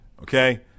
Okay